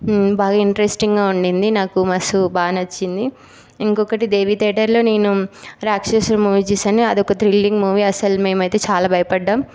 బాగాఇంట్రెస్టింగ్గా ఉన్నింది నాకు మస్త్ బాగా నచ్చింది ఇంకొకటి దేవి థియేటర్లో నేను రాక్షసుడు మూవీ చూసాను అదొక త్రిల్లింగ్ మూవీ అసలు మేము అయితే చాలా భయపడ్డాం